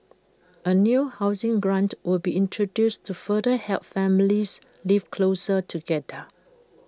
A new housing grant will be introduced to further help families live closer together